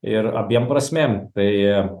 ir abiem prasmėm tai